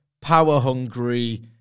power-hungry